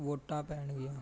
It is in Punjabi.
ਵੋਟਾਂ ਪੈਣਗੀਆਂ